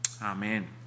Amen